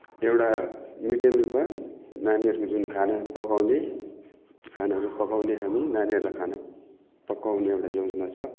एउटा mid day meal भयो नानीहरूको जुन खाना पकाउने खानाहरू पकाउने हामी नानीहरूलाई खाना पकाउने एउटा योजना छ